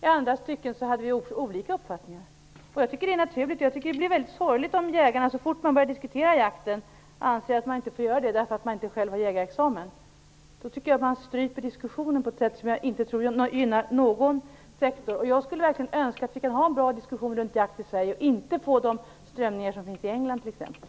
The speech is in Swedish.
I andra stycken hade vi olika uppfattningar. vilket jag tycker är helt naturligt. Det är sorgligt om jägarna, så fort man diskuterar jakten, anser att man inte får göra det därför att man inte själv har jägarexamen. Då stryps diskussionen på ett sätt som jag inte tror gynnar någon sektor. Jag skulle verkligen önska att vi kunde föra en bra diskussion om jakt i Sverige, så att vi inte får de strömningar som finns i England t.ex.